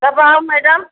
कब आऊँ मैडम